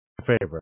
favorite